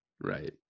Right